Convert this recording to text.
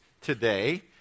today